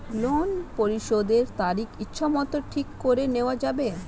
ঋণ পরিশোধের তারিখ ইচ্ছামত ঠিক করে নেওয়া যাবে?